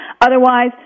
Otherwise